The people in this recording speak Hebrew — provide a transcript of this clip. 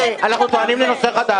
לא טענת לנושא חדש.